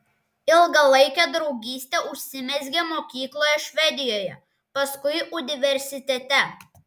ilgalaikė draugystė užsimezgė mokykloje švedijoje paskui universitete